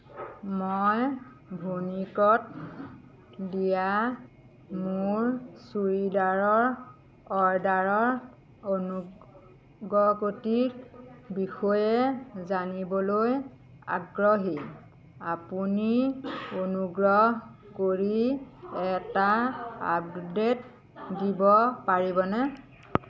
মই ভুনিকত দিয়া মোৰ চুৰিদাৰৰ অৰ্ডাৰৰ অগ্ৰগতিৰ বিষয়ে জানিবলৈ আগ্ৰহী আপুনি অনুগ্ৰহ কৰি এটা আপডেট দিব পাৰিবনে